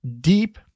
deep